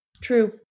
True